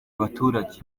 abaturage